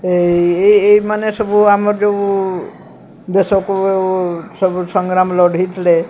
ଏଇ ଏଇ ଏଇମାନେ ସବୁ ଆମର ଯେଉଁ ଦେଶକୁ ସବୁ ସଂଗ୍ରାମ ଲଢ଼ିଥିଲେ